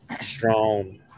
strong